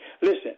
Listen